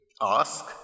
ask